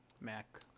Mac